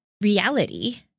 reality